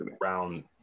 round